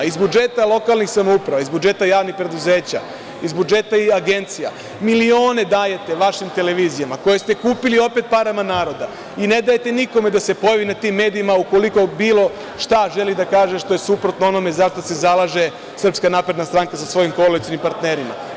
Iz budžeta lokalnih samouprava, iz budžeta javnih preduzeća, iz budžeta agencija milione dajete vašim televizijama, koje ste kupili opet parama naroda i ne dajete nikome da se pojavi na tim medijima ukoliko bilo šta želi da kaže što je suprotno onome za šta se zalaže SNS sa svojim koalicionim partnerima.